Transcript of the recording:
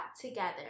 together